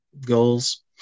goals